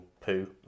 poo